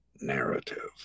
narrative